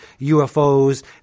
UFOs